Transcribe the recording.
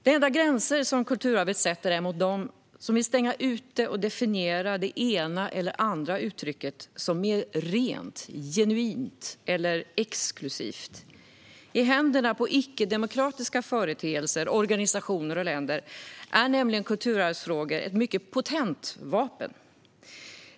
De enda gränser som kulturarvet sätter är mot dem som vill stänga ute och definiera det ena eller andra uttrycket som mer rent, genuint eller exklusivt. I händerna på icke-demokratiska företeelser, organisationer och länder är nämligen kulturarvsfrågor ett mycket potent vapen.